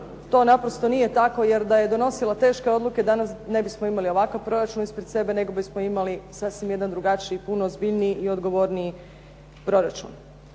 to naprosto nije tako, jer da je donosila teške odluke ne bismo imali ovakav proračun ispred sebe, nego bismo imali sasvim jedan drugačiji, puno ozbiljniji i odgovorniji proračun.